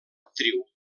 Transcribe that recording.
actriu